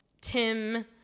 Tim